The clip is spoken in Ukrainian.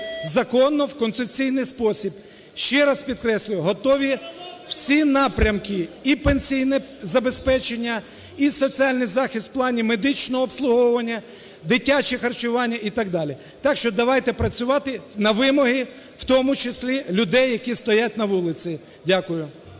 законно в конституційний спосіб. Ще раз підкреслюю, готові всі напрямки: і пенсійне забезпечення, і соціальний захист в плані медичного обслуговування, дитяче харчування і так далі. Так що давайте працювати на вимоги, в тому числі людей, які стоять на вулиці. Дякую.